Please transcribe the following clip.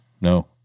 no